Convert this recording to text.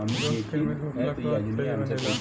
दूध किण्वित होखला के बाद दही बनेला